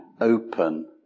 open